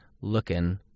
looking